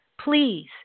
please